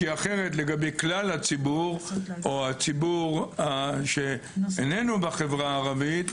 אחרת לגבי כלל הציבור או הציבור שאינו בחברה הערבית,